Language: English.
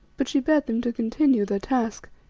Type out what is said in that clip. but she bade them to continue their task,